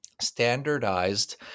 standardized